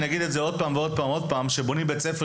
אגיד עוד פעם ועוד פעם: כשבונים בית ספר,